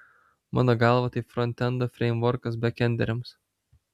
mano galva tai frontendo freimvorkas bekenderiams